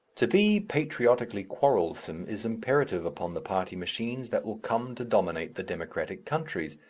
to be patriotically quarrelsome is imperative upon the party machines that will come to dominate the democratic countries.